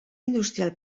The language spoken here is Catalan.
industrial